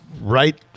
right